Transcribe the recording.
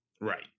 Right